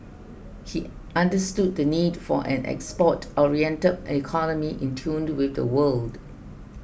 he understood the need for an export oriented economy in tune with the world